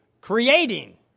Creating